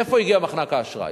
מאיפה הגיע מחנק האשראי?